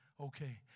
okay